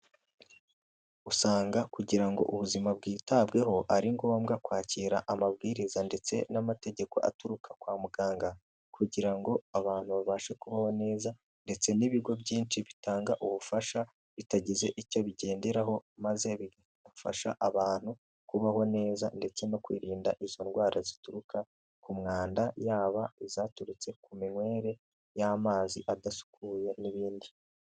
Usanga kugira ngo ubuzima bwitabweho ari ngombwa kwakira amabwiriza ndetse n'amategeko aturuka kwa muganga, kugira ngo abantu babashe kubaho neza ndetse n'ibigo byinshi bitanga ubufasha bitagize icyo bigenderaho maze bigafasha abantu kubaho neza ndetse no kwirinda izo ndwara zituruka ku mwanda yaba zaturutse ku minywere y'amazi adasukuye n'ibindi.